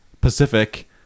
Pacific